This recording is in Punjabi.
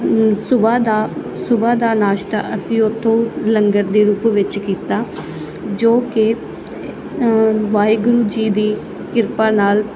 ਸੁਬਹਾ ਦਾ ਨਾਸ਼ਤਾ ਅਸੀਂ ਉਥੋਂ ਲੰਗਰ ਦੇ ਰੂਪ ਵਿੱਚ ਕੀਤਾ ਜੋ ਕਿ ਵਾਹਿਗੁਰੂ ਜੀ ਦੀ ਕਿਰਪਾ ਨਾਲ